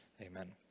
Amen